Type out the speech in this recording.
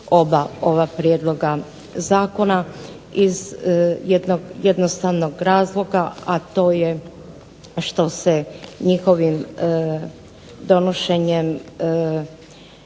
ova prijedloga zakona, iz jednostavnog razloga, a to je što se njihovim donošenjem na jedan